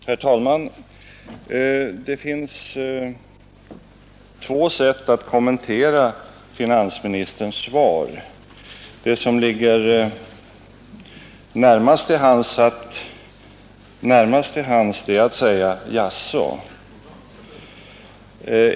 Herr talman! Det finns två sätt att kommentera finansministerns svar. Det som ligger närmast till hands är att säga: Jaså!